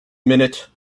minute